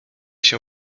się